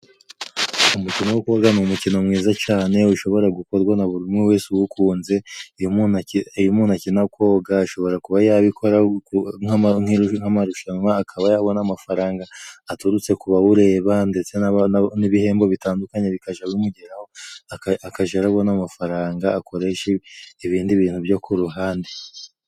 Umukino wo koga ni umukino mwiza cyane, ushobora gukorwa na buri wese uwukunze. Iyo umuntu akina koga ashobora kuba yabikora nk'amarushanwa, akaba yabona amafaranga aturutse ku bawureba, ndetse n'ibihembo bitandukanye bikajya bimugeraho. Akaja arabona n'amafaranga akoresha ibindi bintu byo ku ruhande.